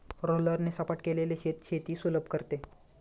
रोलरने सपाट केलेले शेत शेती सुलभ करते